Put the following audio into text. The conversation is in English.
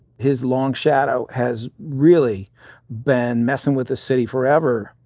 his long shadow has really been messin' with the city forever.